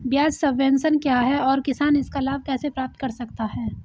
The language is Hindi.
ब्याज सबवेंशन क्या है और किसान इसका लाभ कैसे प्राप्त कर सकता है?